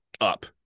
up